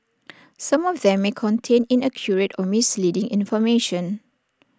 some of them may contain inaccurate or misleading information